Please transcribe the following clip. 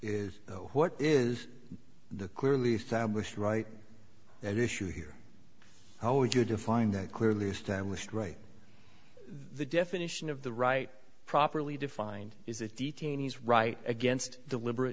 know what is the clearly established right and issue here how would you define that clearly established right the definition of the right properly defined is the detainees right against the libera